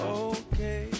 okay